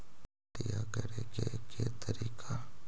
खेतिया करेके के तारिका?